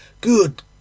Good